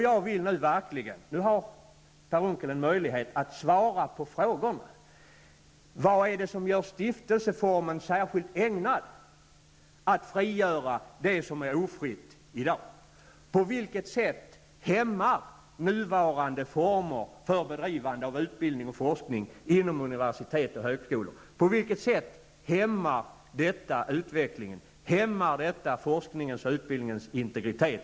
Jag vill också att Per Unckel svarar på följande frågor: Vad är det som gör stiftelseformen särskilt ägnad att frigöra det som är ofritt i dag? På vilket sätt hämmar nuvarande former för bedrivande av utbildning och forskning inom universitet och högskola utvecklingen samt forskningens och utbildningens integritet?